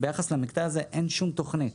ביחס למקטע הזה אין שום תכנית.